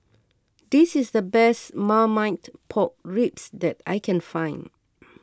this is the best Marmite Pork Ribs that I can find